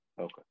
Okay